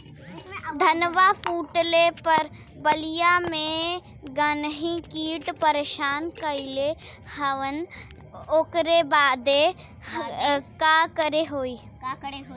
धनवा फूटले पर बलिया में गान्ही कीट परेशान कइले हवन ओकरे बदे का करे होई?